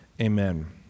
Amen